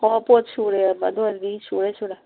ꯑꯣ ꯄꯣꯠ ꯁꯨꯔꯦꯕ ꯑꯗꯨ ꯑꯣꯏꯔꯗꯤ ꯁꯨꯔꯦ ꯁꯨꯔꯦ